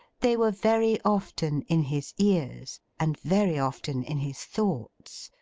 they were very often in his ears, and very often in his thoughts,